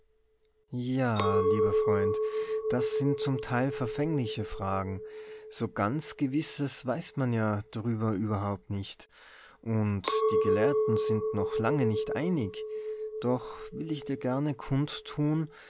ja lieber freund das sind zum teil verfängliche fragen so ganz gewisses weiß man ja darüber überhaupt nicht und die gelehrten sind noch lange nicht einig doch will ich dir gerne kund tun